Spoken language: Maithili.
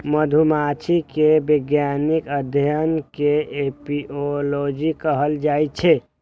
मधुमाछी के वैज्ञानिक अध्ययन कें एपिओलॉजी कहल जाइ छै